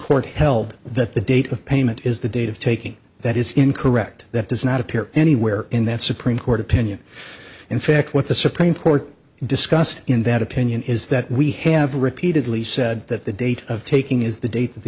court held that the date of payment is the date of taking that is incorrect that does not appear anywhere in that supreme court opinion in fact what the supreme court discussed in that opinion is that we have repeatedly said that the date of taking is the date that the